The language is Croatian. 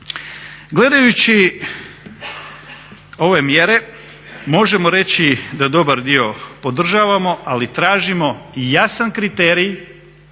Gledajući ove mjere možemo reći da dobar dio podržavamo ali tražimo jasan kriterij